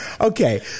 Okay